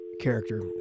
character